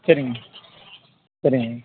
சரிங்க சரிங்க